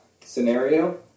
scenario